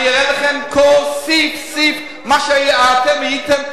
אני אראה לכם סעיף-סעיף מה שאתם הייתם.